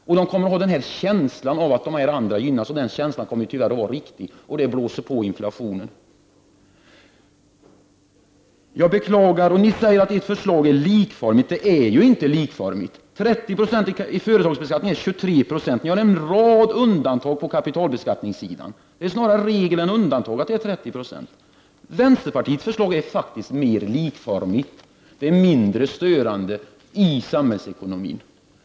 Människor kommer att ha känslan av att andra gynnas, och den känslan kommer tyvärr att vara riktig. Ni säger att ert förslag är likformigt, men det är det inte. 30 90 i företagsbeskattning är egentligen 23 20. Ni gör en rad undantag på kapitalbeskattningssidan. Vänsterpartiets förslag är faktiskt mer likformigt, och det är mindre störande i samhällsekonomin.